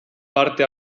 parte